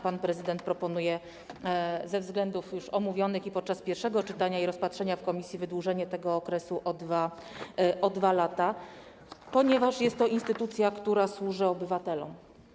Pan prezydent proponuje ze względów już omówionych i podczas pierwszego czytania, i podczas rozpatrzenia w komisji wydłużenie tego okresu o 2 lata, ponieważ jest to instytucja, która służy obywatelom.